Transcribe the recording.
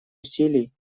усилий